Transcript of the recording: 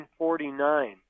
1949